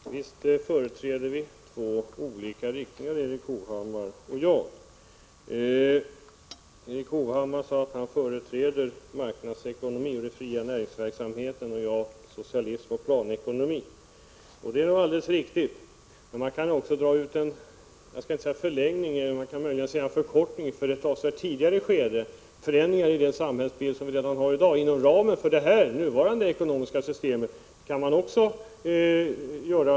Herr talman! Ja, visst företräder Erik Hovhammar och jag två olika riktningar. Erik Hovhammar sade att han företräder marknadsekonomin och den fria näringsverksamheten och jag socialism och planekonomi. Det är alldeles riktigt. Men man kan också göra vissa förändringar av samhällsbilden inom ramen för det ekonomiska system vi har i dag.